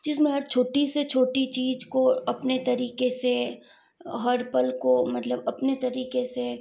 जिसमें हर छोटी से छोटी चीज को अपने तरीके से हर पल को मतलब अपने तरीके से